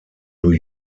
new